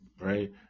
right